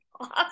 awesome